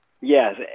Yes